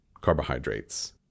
carbohydrates